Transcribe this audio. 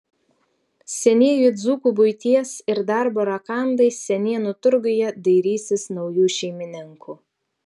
senieji dzūkų buities ir darbo rakandai senienų turguje dairysis naujų šeimininkų